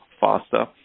faster